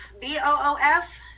B-O-O-F